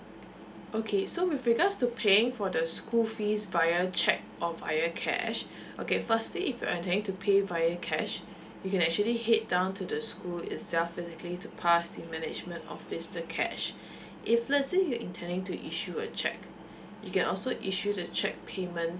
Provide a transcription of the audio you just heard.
okay so with regards to paying for the school fees via cheque or via cash okay firstly if you intending to pay via cash you can actually head down to the school itself physically to pass the management of this the cash if let's say you intending to issue a check you can also issue the check payment